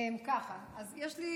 אז יש לי